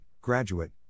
graduate